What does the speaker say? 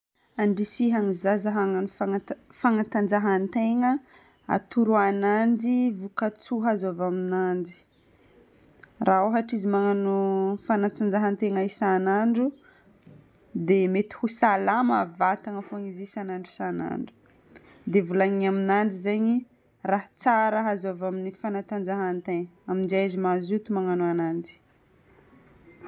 Andrisihana ny zaza hagnano fanata- fanatanjahan-tegna: atoro ananjy vokatsoa azo avy aminanjy. Raha ôhatra izy magnano fanatanjahan-tegna isan'andro, dia mety ho salama vatagna fôgna izy isan'andro isan'andro. Dia volagnina aminanjy zegny raha tsara azo avy amin'ny fanatanjahan-tegna, aminjay izy mazoto magnano ananjy.